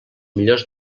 millors